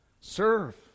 serve